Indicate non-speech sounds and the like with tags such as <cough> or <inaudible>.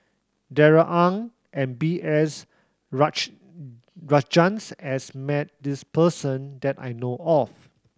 Darrell Ang and B S <unintelligible> Rajhans has met this person that I know of